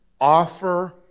offer